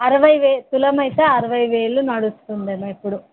అరవై వేలు తులమ అయితే అరవై వేలు నడుస్తుంది ఏమో ఇప్పుడు